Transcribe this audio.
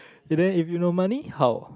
if then you no money how